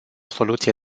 soluție